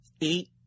eight